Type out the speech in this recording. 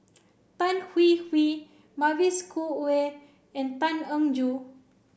Tan Hwee Hwee Mavis Khoo Oei and Tan Eng Joo